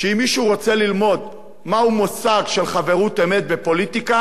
שאם מישהו רוצה ללמוד מהו מושג של חברות אמת בפוליטיקה,